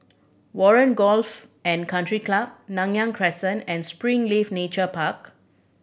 Warren Golfs and Country Club Nanyang Crescent and Springleaf Nature Park